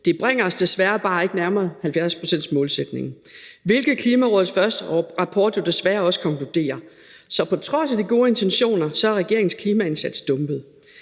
Det bringer os desværre bare ikke nærmere 70-procentsmålsætningen, hvilket Klimarådets første rapport jo også konkluderer. Så på trods af de gode intentioner er regeringens klimaindsats dumpet.